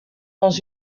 dans